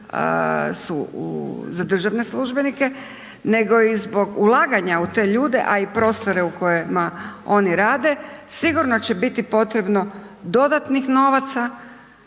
za državne službenike nego i zbog ulaganja u te ljude, a i prostore u kojima oni rade, sigurno će biti potrebno dodatnih novaca